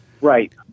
Right